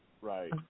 Right